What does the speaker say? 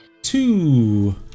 Two